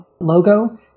logo